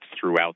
throughout